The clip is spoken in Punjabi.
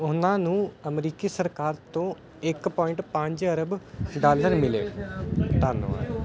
ਉਨ੍ਹਾਂ ਨੂੰ ਅਮਰੀਕੀ ਸਰਕਾਰ ਤੋਂ ਇੱਕ ਪੁਆਇੰਟ ਪੰਜ ਅਰਬ ਡਾਲਰ ਮਿਲੇ ਧੰਨਵਾਦ